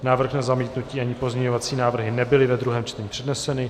Návrh na zamítnutí ani pozměňovací návrhy nebyly ve druhém čtení předneseny.